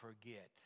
forget